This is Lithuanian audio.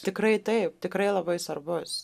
tikrai taip tikrai labai svarbus